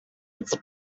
its